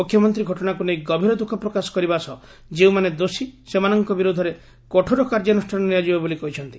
ମୁଖ୍ୟମନ୍ତୀ ଘଟଶାକୁ ନେଇ ଗଭୀର ଦୂଖ ପ୍ରକାଶ କରିବା ସହ ଯେଉଁମାନେ ଦୋଷୀ ସେମାନଙ୍କ ବିରୋଧରେ କଠୋର କାର୍ଯ୍ୟାନୁଷ୍ଠାନ ନିଆଯିବ ବୋଲି କହିଛନ୍ତି